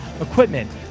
equipment